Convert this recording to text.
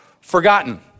forgotten